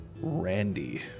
randy